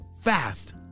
Fast